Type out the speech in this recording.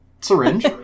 syringe